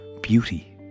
beauty